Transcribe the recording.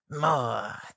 more